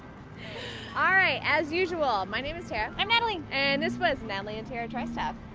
alright as usual my name is tara. i'm natalie. and this was natalie and tara try stuff.